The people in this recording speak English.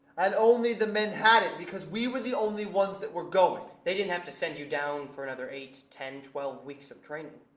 and only the men had it because we were the only ones that were going. they didn't have to send you down for another eight, ten, twelve weeks of training.